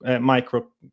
micro